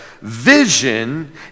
Vision